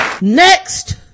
Next